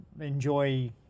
Enjoy